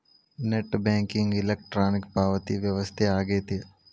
net banking electronic ಪಾವತಿ ವ್ಯವಸ್ಥೆ ಆಗೆತಿ